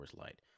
Light